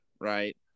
right